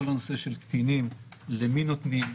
כמובן כל הנושא של קטינים למי נותנים,